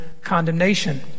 condemnation